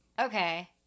Okay